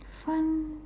fun